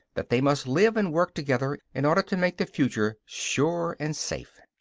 that they must live and work together in order to make the future sure and safe.